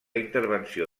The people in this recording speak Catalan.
intervenció